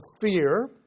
fear